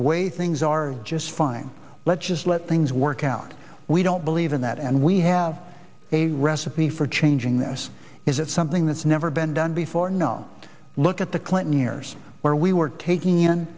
way things are just fine let's just let things work out we don't believe in that and we have a recipe for changing this is it something that's never been done before no look at the clinton years where we were taking in